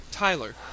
Tyler